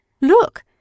Look